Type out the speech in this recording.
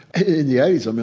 in the eighty um